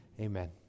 Amen